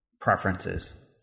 preferences